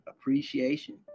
appreciation